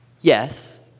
Yes